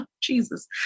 Jesus